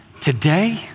Today